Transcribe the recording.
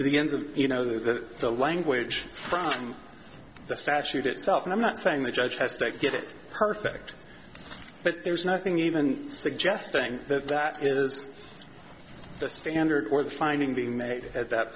and you know that the language from the statute itself and i'm not saying the judge has to get it perfect but there's nothing even suggesting that that is the standard or the finding being made at that